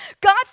God